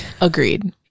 Agreed